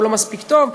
הוא לא מספיק טוב.